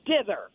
dither